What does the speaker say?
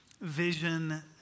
Vision